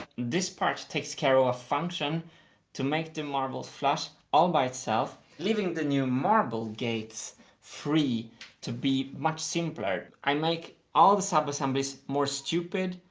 this part takes care of ah a function to make the marbles flush all by itself, leaving the new marble gates free to be much simpler. i make all the subassemblies more stupid,